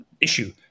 issue